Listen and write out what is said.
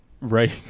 right